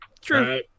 True